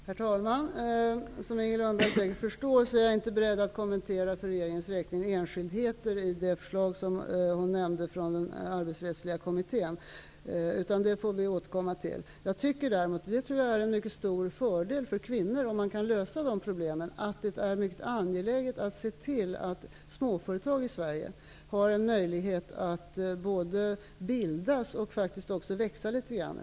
Herr talman! Som Inger Lundberg säkert förstår är jag inte beredd att kommentera enskildheter i förslaget från Arbetsrättsliga kommittén för regeringens räkning. Vi får återkomma till den frågan. Det är till stor fördel för kvinnorna om problemen kan lösas. Det är angeläget att se till att det skapas möjligheter i Sverige för att småföretag både kan bildas och får växa litet grand.